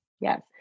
Yes